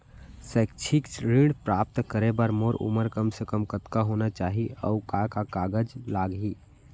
शैक्षिक ऋण प्राप्त करे बर मोर उमर कम से कम कतका होना चाहि, अऊ का का कागज लागही?